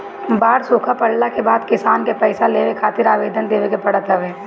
बाढ़ सुखा पड़ला के बाद किसान के पईसा लेवे खातिर आवेदन देवे के पड़त हवे